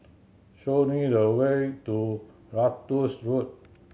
show me the way to Ratus Road